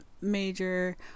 major